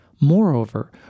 Moreover